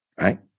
right